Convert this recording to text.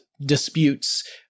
disputes